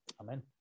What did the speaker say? amen